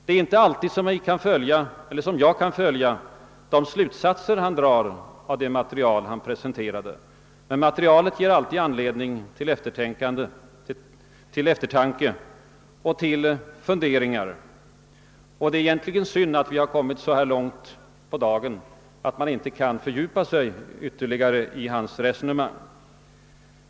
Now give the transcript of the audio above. Det är inte alltid som jag kan följa de slutsatser han drar av det material han presenterar, men materialet ger alltid anledning till eftertanke och till funderingar. Det är synd att vi har kommit så här långt på dagen, att man inte kan fördjupa sig ytterligare i hans resonemang.